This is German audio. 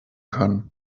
können